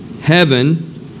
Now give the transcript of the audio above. heaven